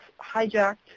hijacked